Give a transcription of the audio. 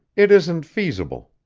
it isn't feasible.